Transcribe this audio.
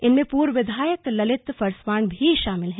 इनमें पूर्व विधायक ललित फस्वार्ण भी शामिल हैं